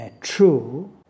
true